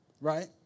right